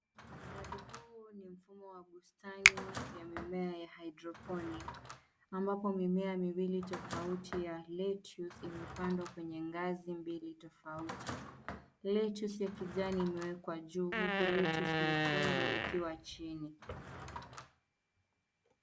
Mradi huu ni mfumo wa bustani ya mimea ya hydrophonics ambapo mimea miwili tofauti ya lettuce imepandwa kwenye ngazi mbili tofauti lettuce ya kijani imewekwa juu huku lettuce ya nyekundu ikiwa chini.